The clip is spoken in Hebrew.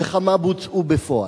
וכמה בוצעו בפועל?